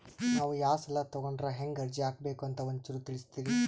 ನಾವು ಯಾ ಸಾಲ ತೊಗೊಂಡ್ರ ಹೆಂಗ ಅರ್ಜಿ ಹಾಕಬೇಕು ಅಂತ ಒಂಚೂರು ತಿಳಿಸ್ತೀರಿ?